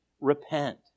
Repent